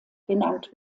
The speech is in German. genannt